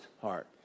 heart